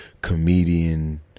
comedian